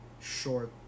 short